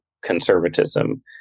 conservatism